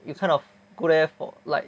you kind of go there for like